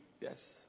Yes